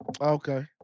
Okay